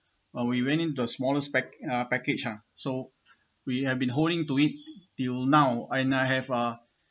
oh uh we went into the smallest pack uh package ah so we have been holding to it till now and I have uh